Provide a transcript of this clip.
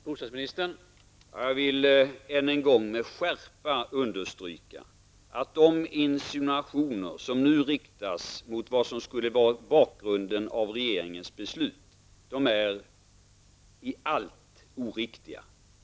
Herr talman! Jag vill än en gång med skärpa understryka att de insinuationer som nu görs om vad som skulle varit bakgrunden till regeringens beslut är i allt oriktiga.